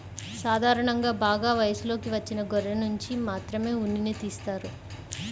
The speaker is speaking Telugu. సాధారణంగా బాగా వయసులోకి వచ్చిన గొర్రెనుంచి మాత్రమే ఉన్నిని తీస్తారు